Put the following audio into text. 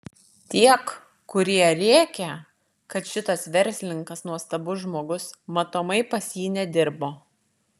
tiek kurie rėkia kad šitas verslininkas nuostabus žmogus matomai pas jį nedirbo